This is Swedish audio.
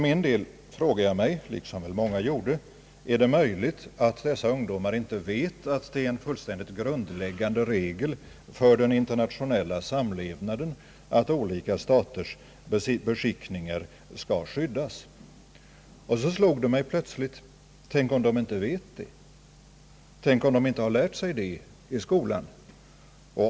Jag frågade mig liksom många gjorde: Är det möjligt att dessa ungdomar inte vet att det är en fullständigt grundläggande regel för internationell samlevnad, att olika staters beskickningar skall skyddas? Så slog det mig plötsligt: Tänk om de inte vet det! Tänk om de inte har lärt sig det i skolan.